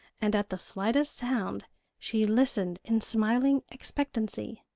and at the slightest sound she listened in smiling expectancy.